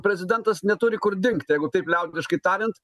prezidentas neturi kur dingt jeigu taip liaudiškai tariant